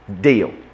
deal